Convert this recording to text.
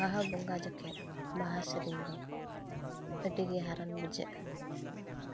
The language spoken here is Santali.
ᱵᱟᱦᱟ ᱵᱚᱸᱜᱟ ᱡᱚᱠᱷᱮᱱ ᱵᱟᱦᱟ ᱥᱮᱨᱮᱧᱫᱚ ᱟᱹᱰᱤ ᱜᱮ ᱦᱟᱨᱚᱱ ᱵᱩᱡᱷᱟᱹᱜᱼᱟ